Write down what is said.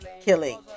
killing